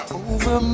over